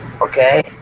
okay